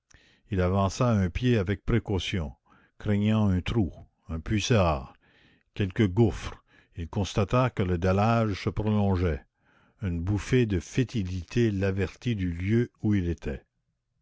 il avança un pied avec précaution craignant un trou un puisard quelque gouffre il constata que le dallage se prolongeait une bouffée de fétidité l'avertit du lieu où il était